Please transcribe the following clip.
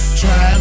try